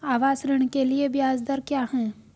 आवास ऋण के लिए ब्याज दर क्या हैं?